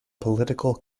political